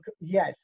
yes